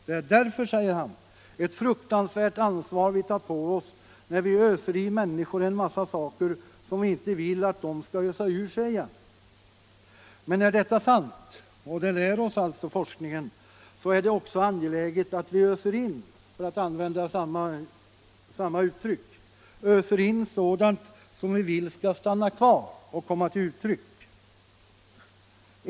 Det är därför, säger han, ett fruktansvärt ansvar vi tar på oss, när vi öser i människor en massa saker som vi inte vill att de skall ösa ur sig. Men är detta sant — och det lär oss alltså forskningen — så är det också angeläget att vi ”öser in” — för att använda samma uttryck — sådant som vi vill skall stanna kvar och komma till uttryck.